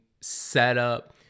setup